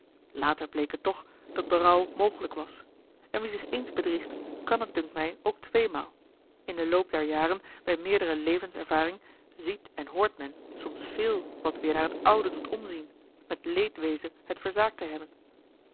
bleek het toch dat berouw mogelijk was en wie zich eens bedriegt kan het dunkt mij ook tweemaal in den loop der jaren bij meerdere levenservaring ziet en hoort men soms veel wat weêr naar het oude doet omzien met leedwezen het verzaakt te hebben